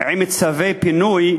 עם צווי פינוי,